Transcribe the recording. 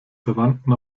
verwandten